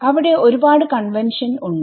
അവിടെ ഒരുപാട് കൺവെൻഷൻ ഉണ്ട്